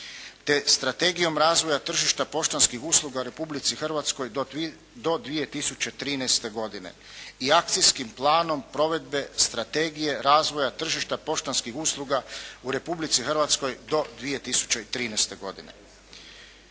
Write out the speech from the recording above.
Te Strategijom razvoja tržišta poštanskih usluga u Republici Hrvatskoj do 2013. godine i akcijskim planom provedbe strategije razvoja tržišta poštanskih usluga u Republici Hrvatskoj do 2013. godine.